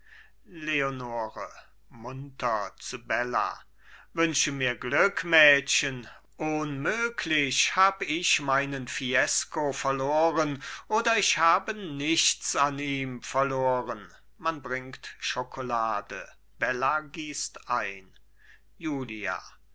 leonore munter zu bella wünsche mir glück mädchen ohnmöglich hab ich meinen fiesco verloren oder ich habe nichts an ihm verloren man bringt schokolade bella gießt ein julia